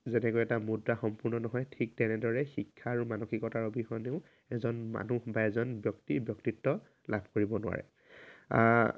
যেনেকৈ এটা মুদ্ৰা সম্পূৰ্ণ নহয় ঠিক তেনেদৰেই শিক্ষা আৰু মানসিকতাৰ অবিহনেও এজন মানুহ বা এজন ব্যক্তি ব্যক্তিত্ব লাভ কৰিব নোৱাৰে